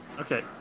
Okay